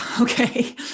Okay